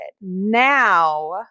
Now